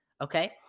Okay